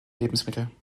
lebensmittel